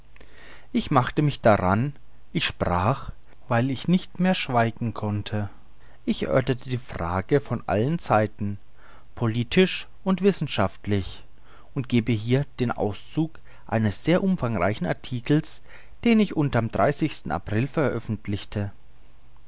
ich machte mich daran ich sprach weil ich nicht mehr schweigen konnte ich erörterte die frage von allen seiten politisch und wissenschaftlich und gebe hier den auszug eines sehr umfangreichen artikels den ich unterm april veröffentlichte